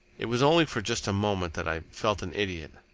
it was only for just a moment that i felt an idiot.